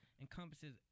encompasses